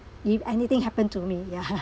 if anything happen to me ya